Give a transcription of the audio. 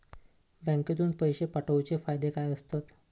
बँकेतून पैशे पाठवूचे फायदे काय असतत?